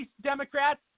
Democrats